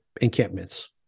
encampments